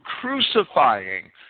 crucifying